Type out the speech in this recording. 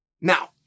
Now